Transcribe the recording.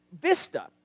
Vista